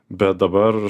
bet dabar